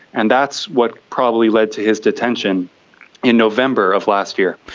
and that's what probably led to his detention in november of last year.